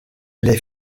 les